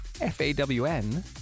F-A-W-N